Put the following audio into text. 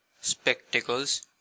Spectacles